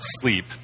sleep